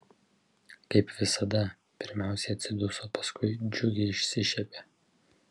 kaip visada pirmiausia atsiduso paskui džiugiai išsišiepė